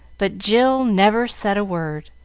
but jill never said a word,